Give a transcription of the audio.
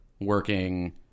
working